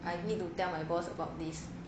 I need to tell my boss about this